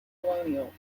colonial